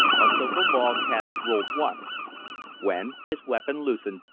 until the log has rolled once when, his weapon loosened,